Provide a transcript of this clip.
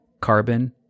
carbon